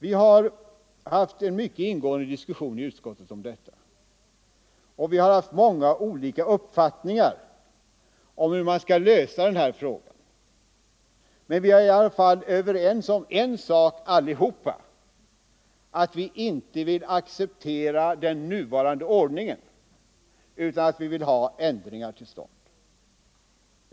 Vi har haft en mycket ingående diskussion om detta problem i utskottet, och uppfattningarna om hur man skall lösa det har varierat. Men en sak har vi ändå alla varit ense om, nämligen att vi inte vill acceptera den nuvarande ordningen. Vi vill ha en ändring till stånd.